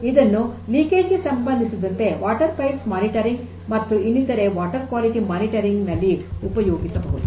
ಇದನ್ನು ಸೋರಿಕೆಗೆ ಸಂಭಂದಿಸಿದಂತೆ ನೀರಿನ ಕೊಳವೆಗಳ ಮೇಲ್ವಿಚಾರಣೆ ಮತ್ತು ಇನ್ನಿತರೆ ನೀರಿನ ಗುಣಮಟ್ಟ ಮೇಲ್ವಿಚಾರಣೆಯಲ್ಲಿ ಉಪಯೋಗಿಸಬಹುದು